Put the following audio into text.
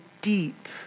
deep